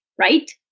right